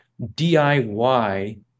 diy